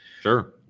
Sure